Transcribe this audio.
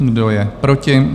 Kdo je proti?